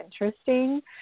interesting